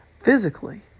physically